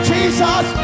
Jesus